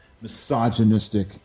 misogynistic